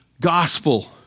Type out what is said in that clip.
gospel